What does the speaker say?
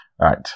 right